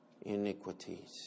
iniquities